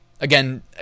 again